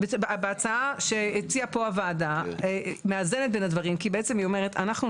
או יו"ר וועדת הערר משוכנע שהטענה נבחנה לעומק וכמו שצריך,